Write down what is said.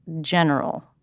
general